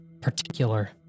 particular